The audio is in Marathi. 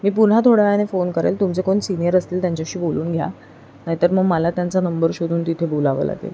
मी पुन्हा थोड्या वेळाने फोन करेल तुमचे कोण सिनिअर असतील त्यांच्याशी बोलून घ्या नाही तर मग मला त्यांचा नंबर शोधून तिथे बोलावं लागेल